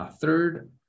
third